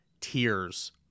tears